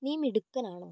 നീ മിടുക്കനാണോ